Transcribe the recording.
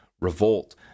revolt